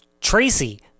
Tracy